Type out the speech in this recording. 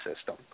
system